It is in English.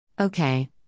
Okay